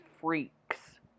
freaks